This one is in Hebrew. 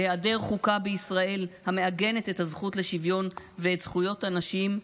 בהיעדר חוקה בישראל המעגנת את הזכות לשוויון ואת זכויות הנשים,